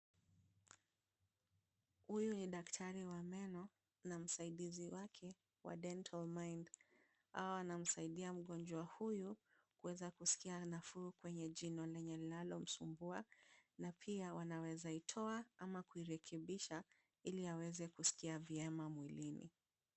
Huyu ni daktari wa meno na msaidizi wake wa dental mind . Hawa wanamsaidia mgonjwa huyu kuweza kusikia nafuu kwenye jino lenye linalomsumbua na pia wanaweza itoa ama kuirekebisha ili aweze kusikia vyema mwilini.